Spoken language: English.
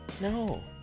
No